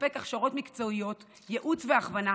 ולספק הכשרות מקצועיות, ייעוץ והכוונה.